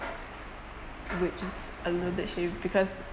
which is a little bit shady because